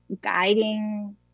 guiding